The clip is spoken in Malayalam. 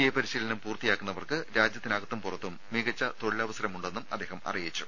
ഐ പരിശീലനം പൂർത്തിയാക്കുന്നവർക്ക് രാജ്യത്തിനകത്തും പുറത്തും മികച്ച തൊഴിലവസരമുണ്ടെന്നും അദ്ദേഹം അറിയിച്ചു